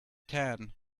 tan